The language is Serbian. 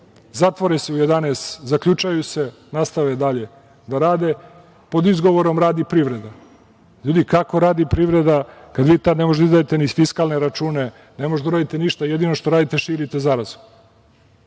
Zatvore se u 11 sati, zaključaju se, nastave dalje da rade pod izgovorom da radi privreda. Ljudi, kako radi privreda kada vi tad ne možete da izdajete fiskalne račune, ne možete da uradite ništa, jedino što radite širite zarazu.